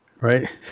right